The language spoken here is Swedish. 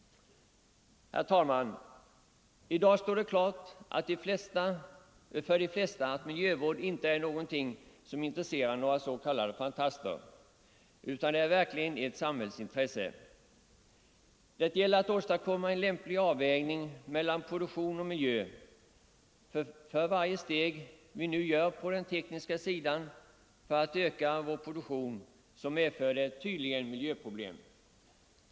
I dag står det klart för de flesta att miljövård inte är någonting som bara intresserar några få s.k. fantaster utan att det verkligen är ett samhällsintresse. Det gäller att åstadkomma en lämplig avvägning mellan produktion och miljö. Varje steg vi nu tar på den tekniska sidan för att öka vår produktion medför tydligen miljöproblem.